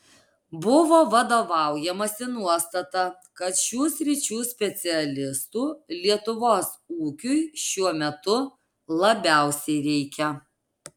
buvo vadovaujamasi nuostata kad šių sričių specialistų lietuvos ūkiui šiuo metu labiausiai reikia